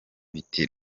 biti